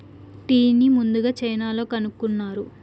టీని ముందుగ చైనాలో కనుక్కున్నారు